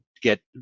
get